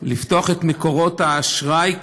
לפתוח את מקורות האשראי,